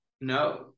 no